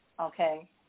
okay